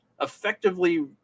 effectively